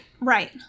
right